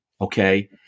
Okay